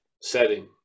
setting